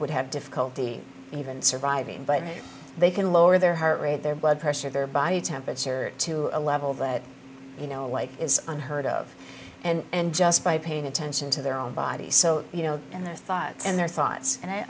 would have difficulty even surviving but they can lower their heart rate their blood pressure their body temperature to a level that you know like is unheard of and just by paying attention to their own body so you know and their thoughts and their thoughts and i